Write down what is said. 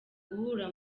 guhura